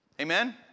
Amen